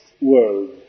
world